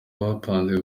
bapanze